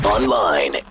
Online